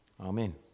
amen